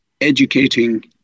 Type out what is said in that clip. educating